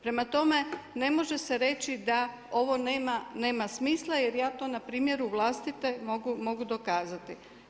Prema tome, ne može se reći da ovo nema smisla jer ja to na primjeru vlastite mogu dokazati.